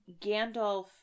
Gandalf